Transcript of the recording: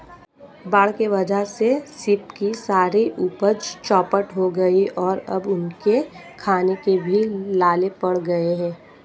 बाढ़ के वजह से शिव की सारी उपज चौपट हो गई और अब उनके खाने के भी लाले पड़ गए हैं